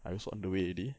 I also on the way already